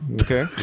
Okay